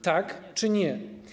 Tak czy nie?